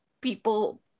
people